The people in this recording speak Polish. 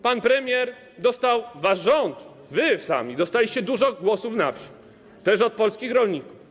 Pan premier dostał, wasz rząd, wy sami dostaliście dużo głosów na wsi, też od polskich rolników.